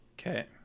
Okay